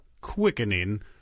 quickening